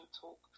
talk